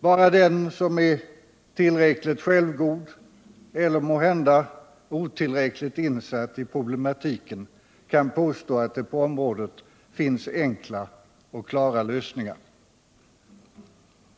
Bara den som är tillräckligt självgod eller — måhända — otillräckligt insatt i problematiken kan påstå att det på området finns enkla och klara lösningar.